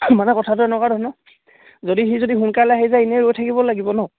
মানে কথাটো এনেকুৱা ধৰণৰ নহ্ যদি সি যদি সোনকালে আহি যায় এনেই ৰৈ থাকিব লাগিব নহ্